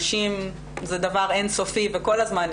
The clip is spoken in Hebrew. ממשלת